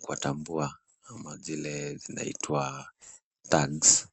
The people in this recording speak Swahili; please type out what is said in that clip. kuwatambua ama zile zinaitwa tags .